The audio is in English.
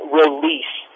release